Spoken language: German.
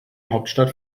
hauptstadt